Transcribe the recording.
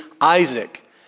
Isaac